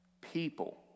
people